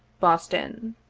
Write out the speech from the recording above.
boston.